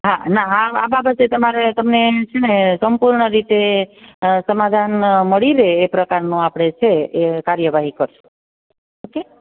હાં ના હાં આ બાબતે તમારે તમને છે ને તમ તમાર રીતે સમાધાન મળી રહે એ પ્રકારનું આપણે છે એ કાર્યવાહી ઓકે